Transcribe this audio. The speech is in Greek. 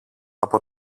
από